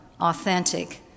authentic